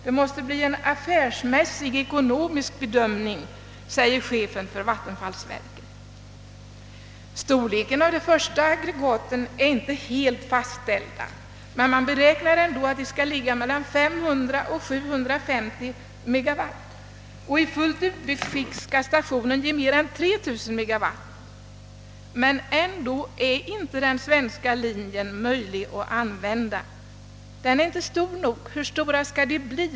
Det måste bli en affärsmässig ekonomisk bedömning, säger chefen för vattenfallsverket. Man har ännu inte fastställt storleken på de första aggregaten, men man beräknar att de skall ligga mellan 300 och 700 megawatt, och i fullt utbyggt skick skall stationen ge mer än 3000 megawatt. Men ändå är den svenska linjen inte möjlig att använda. Den är inte stor nog, anses det. Hur stora skall de bli?